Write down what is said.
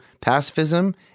pacifism